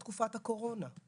אני מדברת גם על תקופת הקורונה.